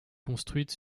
construite